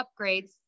upgrades